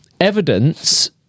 evidence